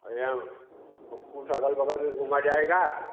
अयम कुछ अगल बगल भी घुमा जाएगा